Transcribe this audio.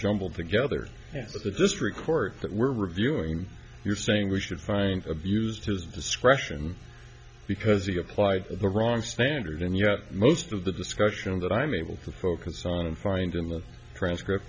jumbled together but the district court that we're reviewing you're saying we should find abused his discretion because he applied the wrong standard and yet most of the discussion that i'm able to focus on and find in the transcript